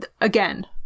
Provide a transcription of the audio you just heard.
again